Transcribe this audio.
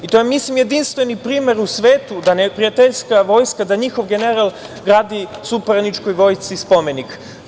Mislim da je to jedinstveni primer u svetu, da neprijateljska vojska, da njihov general gradi suparničkoj vojsci spomenik.